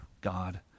God